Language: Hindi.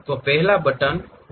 तो पहला बटन फीचर मैनेजर है